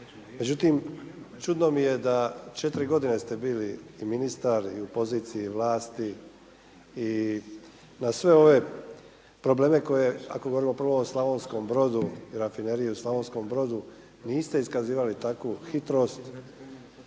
Međutim, čudno mi je da 4 godine ste bili i ministar i u poziciji vlasti i na sve ove probleme koje ako govorimo prvo o Slavonskom Brodu i rafineriji u Slavonskom brodu niste iskazivali takvu hitrost.